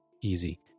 easy